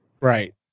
right